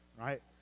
right